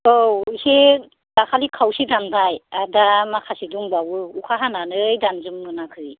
औ एसे दाखालै खावसे दानबाय आर दा माखासे दंबावो अखा हानानै दानजोबनो मोनाखै